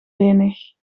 lenig